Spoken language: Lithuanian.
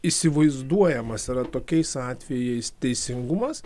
įsivaizduojamas yra tokiais atvejais teisingumas